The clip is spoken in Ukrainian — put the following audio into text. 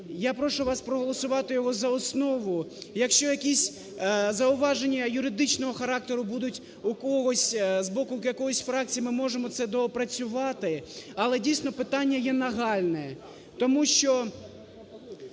Я прошу вас проголосувати його за основу, якщо якісь зауваження юридичного характеру будуть у когось, з боку якоїсь фракції, ми можемо це доопрацювати, але дійсно питання є нагальне.